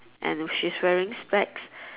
and she's wearing specs